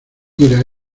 mira